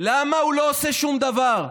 למה הוא לא עושה שום דבר?